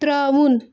ترٛاوُن